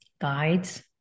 guides